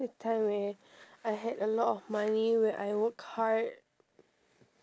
that time where I had a lot of money when I work hard